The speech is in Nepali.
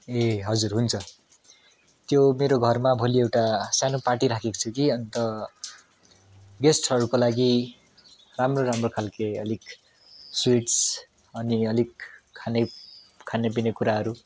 ए हजुर हुन्छ त्यो मेरो घरमा भोलि एउटा सानो पार्टी राखेको छु कि अन्त गेस्टहरूको लागि राम्रो राम्रो खालको अलिक स्विट्स अनि अलिक खाने खाने पिउने कुराहरू